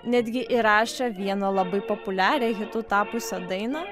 netgi įrašė vieną labai populiarią hitu tapusią dainą